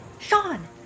Sean